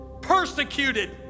persecuted